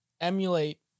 emulate